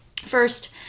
First